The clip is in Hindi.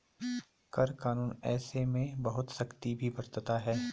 कर कानून ऐसे में बहुत सख्ती भी बरतता है